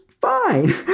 fine